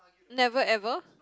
never ever